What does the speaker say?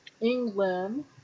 England